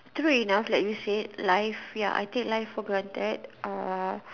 true enough like you said life ya I take life for granted uh